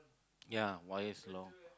ya wire lor